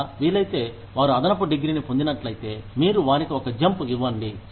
లేదా వీలైతే వారు అదనపు డిగ్రీని పొందినట్లయితే మీరు వారికి ఒక జంప్ ఇవ్వండి